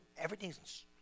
Everything's